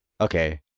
Okay